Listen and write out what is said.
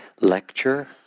lecture